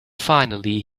finally